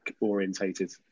orientated